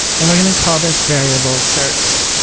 and we're going to call this variable search